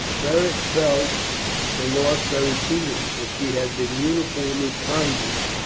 beric felt the loss very keenly, for she had been uniformly kind to him.